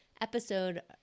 episode